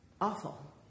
awful